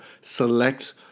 select